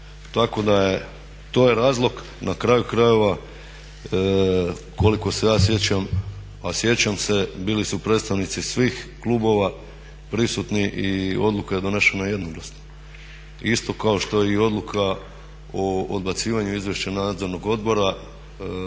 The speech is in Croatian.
Tako da je, to je razlog, na kraju krajeva, koliko se ja sjećam a sjećam se, bili su predstavnici svih klubova prisutni i odluka je donesena jednoglasno. Isto kao što je i odluka o odbacivanju izvješća nadzornog odbora